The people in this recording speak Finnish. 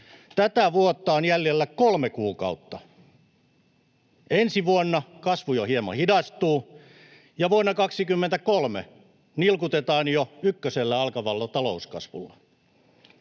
Tätä vuotta on jäljellä kolme kuukautta. Ensi vuonna kasvu jo hieman hidastuu, ja vuonna 23 nilkutetaan jo ykkösellä alkavalla talouskasvulla.